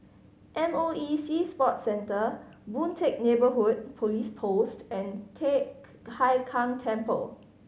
M O E Sea Sport Centre Boon Teck Neighbourhood Police Post and Teck Hai Keng Temple